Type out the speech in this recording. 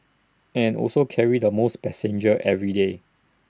and also carry the most passengers every day